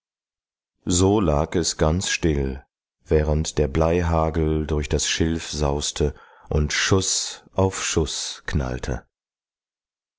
so lag es ganz still während der bleihagel durch das schilf sauste und schuß auf schuß knallte